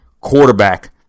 Quarterback